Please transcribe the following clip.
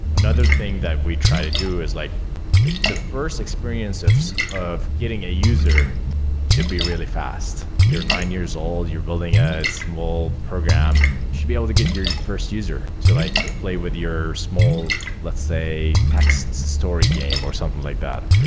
another thing that we try to do is like the first experience of so of getting a user should be really fast. you're nine years old. you're building a small program. you should be able to get your your first user to like play with your small, let's say, texts story game or something like that.